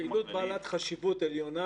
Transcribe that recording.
פעילות בעלת חשיבות עליונה,